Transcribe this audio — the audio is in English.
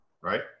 Right